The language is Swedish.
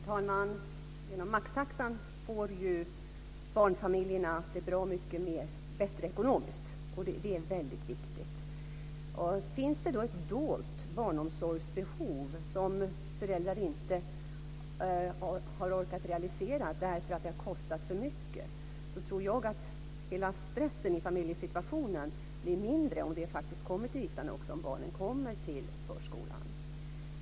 Fru talman! Genom maxtaxan får ju barnfamiljerna det bra mycket bättre ekonomiskt. Det är väldigt viktigt. Finns det då ett dolt barnomsorgsbehov som föräldrar inte har orkat realisera därför att det har kostat för mycket tror jag att hela stressen i familjesituationen blir mindre om det kommer till ytan och barnen kommer till förskolan.